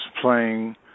playing